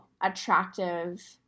attractive